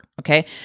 Okay